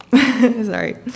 Sorry